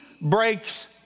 breaks